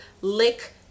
lick